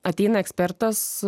ateina ekspertas